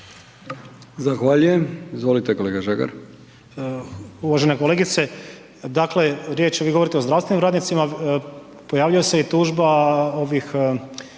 Zahvaljujem. Izvolite kolega Žagar.